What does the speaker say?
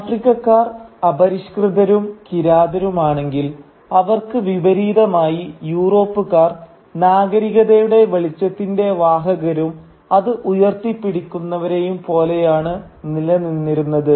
ആഫ്രിക്കക്കാർ അപരിഷ്കൃതരും കിരാതരുമാണെങ്കിൽ അവർക്ക് വിപരീതമായി യൂറോപ്പുകാർ നാഗരികതയുടെ വെളിച്ചത്തിന്റെ വാഹകരും അത് ഉയർത്തിപ്പിടിക്കുന്നവരെയും പോലെയാണ് നില നിന്നിരുന്നത്